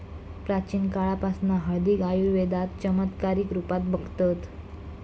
प्राचीन काळापासना हळदीक आयुर्वेदात चमत्कारीक रुपात बघतत